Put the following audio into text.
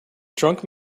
drunk